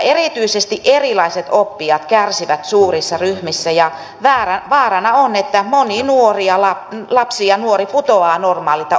erityisesti erilaiset oppijat kärsivät suurissa ryhmissä ja vaarana on että moni lapsi ja nuori putoaa normaalilta oppimispolulta